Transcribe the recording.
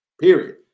period